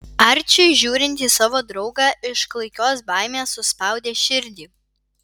arčiui žiūrint į savo draugą iš klaikios baimės suspaudė širdį